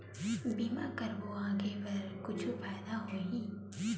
बीमा करबो आगे बर कुछु फ़ायदा होही?